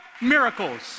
miracles